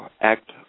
act